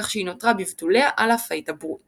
כך שהיא נותרה בבתוליה על אף ההתעברות.